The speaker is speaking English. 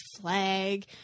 flag